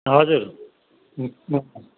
हजुर